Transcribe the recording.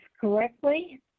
correctly